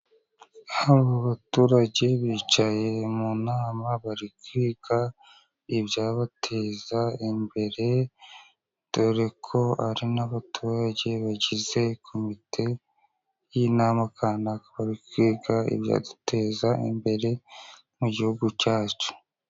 Abo baturage bicaye mu nama bari kwiga ibya bateza imbere dore ko ari n'abaturage bagize komite y'inama kanaka, bari kwiga ibya duteza imbere mu gihugu cyacu.